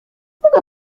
mogę